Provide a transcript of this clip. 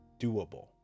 doable